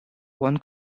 one